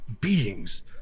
beings